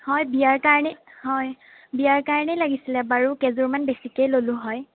হয় বিয়াৰ কাৰণে হয় বিয়াৰ কাৰণেই লাগিছিলে বাৰু কেইযোৰমান বেছিকৈয়ে ল'লোঁ হয়